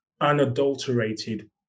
unadulterated